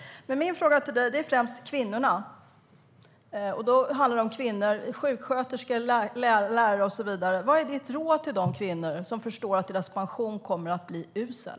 Min fråga till dig gäller främst kvinnorna. Det handlar om sjuksköterskor, lärare och så vidare. Vad är ditt råd till de kvinnor som förstår att deras pension kommer att bli usel?